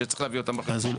שצריך להביא אותם בחשבון.